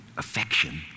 affection